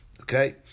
Okay